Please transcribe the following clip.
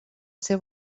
seu